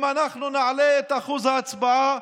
אם אנחנו נעלה את אחוז ההצבעה,